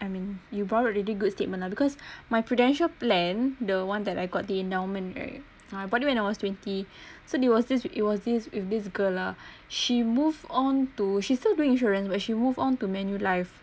I mean you've brought up really good statement lah because my Prudential plan the one that I got the endowment right I bought it when I was twenty so there was this it was this with this girl lah she moved on to she still doing insurance but she moved on to Manulife